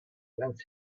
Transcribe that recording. vingt